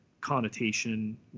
connotation